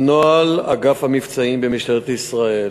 נוהל אגף המבצעים במשטרת ישראל